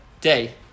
day